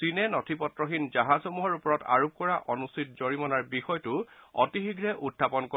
চীনে নথিপত্ৰহীন জাহাজসমূহৰ ওপৰত আৰোপ কৰা অনুচিত জৰিমনাৰ বিষয়টো অতি শীঘ্ৰে উখাপন কৰিব